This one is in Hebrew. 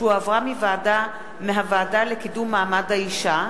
שהועברה מהוועדה לקידום מעמד האשה,